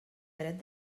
dret